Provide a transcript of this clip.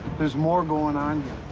there's more going on